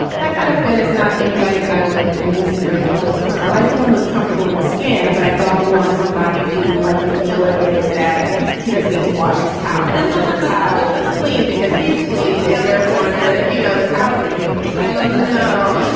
that kind of man is not anybody that i would necessarily gravitate to. i like someone who was comfortable in his skin. but i don't want somebody who, like nick miller, thinks that he doesn't need to wash his towel because the towel is clean, because he's clean. and therefore that, you know, the towel is gonna be clean. i love no, no,